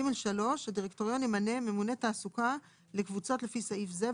(ג3) הדירקטוריון ימנה ממונה תעסוקה לקבוצות לפי סעיף זה,